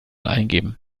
eingeben